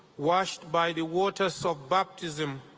washed by the waters of baptism,